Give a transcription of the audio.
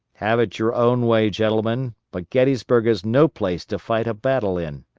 have it your own way, gentlemen, but gettysburg is no place to fight a battle in.